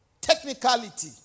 Technicality